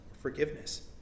forgiveness